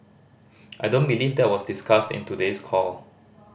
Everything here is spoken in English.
I don't believe that was discussed in today's call